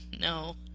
no